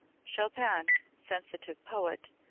chopin, sensitive poet,